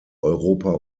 europa